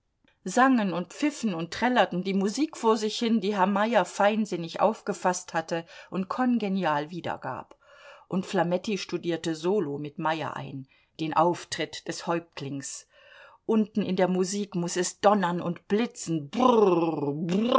sangen pfiffen und trällerten die musik vor sich hin die herr meyer feinsinnig aufgefaßt hatte und kongenial wiedergab und flametti studierte solo mit meyer ein den auftritt des häuptlings unten in der musik muß es donnern und blitzen brwrr